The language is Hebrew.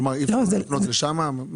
אי אפשר לפנות לשם?